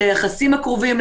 ליחסים הקרובים,